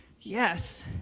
Yes